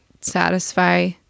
satisfy